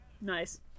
Nice